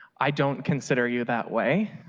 i don't consider you that way,